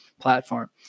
platform